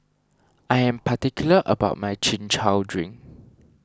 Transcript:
I am particular about my Chin Chow Drink